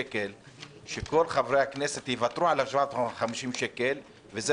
שכל חברי הכנסת יוותרו על ה-750 שקל וזה